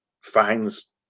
finds